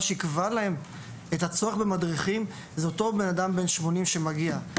מה שיקבע להם את הצורך במדריכים זה אותו אדם בן שמונים שמגיע,